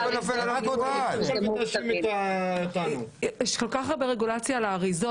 יש כל כך הרבה רגולציה על האריזות.